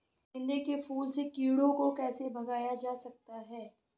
गेंदे के फूल से कीड़ों को कैसे भगाया जा सकता है?